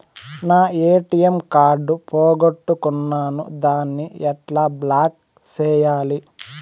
నా ATM card పోగొట్టుకున్నాను, దాన్ని ఎట్లా బ్లాక్ సేయాలి?